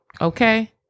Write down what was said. Okay